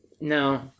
No